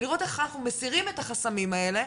ולראות איך אנחנו מסירים את החסמים האלה,